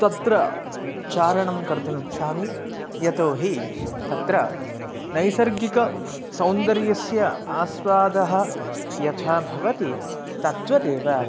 तत्र चारणं कर्तुम् इच्छामि यतो हि तत्र नैसर्गिकसौन्दर्यस्य आस्वादः यथा भवति तद्वतेव